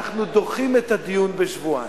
אנחנו דוחים את הדיון בשבועיים.